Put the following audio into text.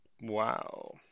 Wow